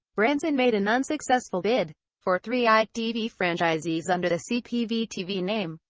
branson made an unsuccessful bid for three itv franchisees under the cpv-tv name.